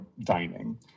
dining